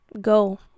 go